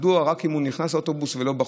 מדוע רק אם הוא נכנס לאוטובוס ולא בחוץ?